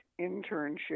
internship